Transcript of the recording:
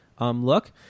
look